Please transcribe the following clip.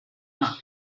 not